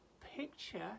picture